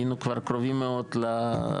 היינו כבר קרובים מאוד להסכמות,